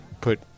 put